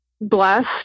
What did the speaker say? blessed